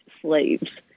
slaves